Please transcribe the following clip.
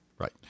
Right